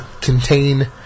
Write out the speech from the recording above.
contain